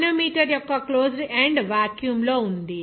manometer యొక్క closed end vacuum లో ఉంది